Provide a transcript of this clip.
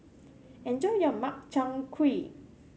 enjoy your Makchang Gui